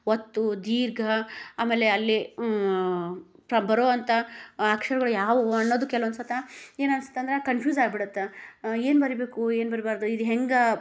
ಒತ್ತು ದೀರ್ಘ ಆಮೇಲೆ ಅಲ್ಲಿ ಬರೋವಂಥ ಅಕ್ಷರಗಳು ಯಾವುವು ಅನ್ನೋದು ಕೆಲವೊಂದ್ಸರ್ತಿ ಏನನ್ಸುತ್ತಂದ್ರೆ ಕನ್ಫ್ಯೂಸ್ ಆಗ್ಬಿಡುತ್ತೆ ಏನು ಬರಿಬೇಕು ಏನು ಬರಿಬಾರದು ಇದು ಹೆಂಗೆ